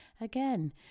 Again